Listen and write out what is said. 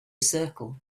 circle